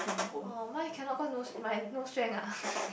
oh my cannot cause no my no strength ah